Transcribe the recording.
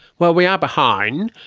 well, we are behind.